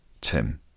Tim